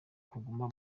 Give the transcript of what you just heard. kuguma